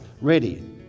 ready